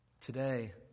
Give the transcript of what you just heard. Today